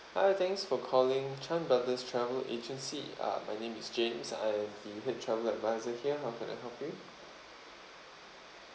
hi thanks for calling chan brothers travel agency uh my name is james I'm the head travel adviser here how can I help you